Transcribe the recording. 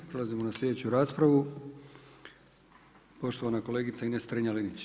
Prelazimo na sljedeću raspravu, poštovana kolegica Ines Strenja-Linić.